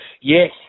Yes